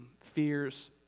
fears